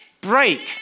break